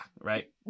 right